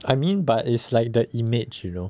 I mean but it's like the image you know